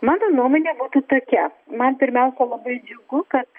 mano nuomonė būtų tokia man pirmiausia labai džiugu kad